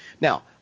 Now